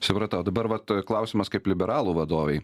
supratau dabar vat klausimas kaip liberalų vadovai